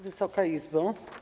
Wysoka Izbo!